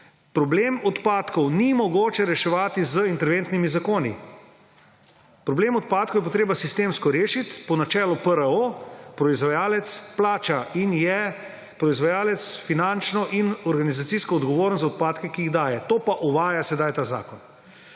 Problema odpadkov ni mogoče reševati z interventnimi zakoni. Problem odpadkov je bilo treba rešiti sistemsko po načelu PRO, proizvajalec plača in proizvajalec je finančno in organizacijsko odgovoren za odpadke, ki jih daje. To pa uvaja sedaj ta zakon.